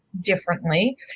differently